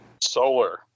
Solar